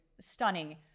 stunning